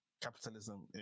capitalism